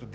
към